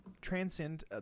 transcend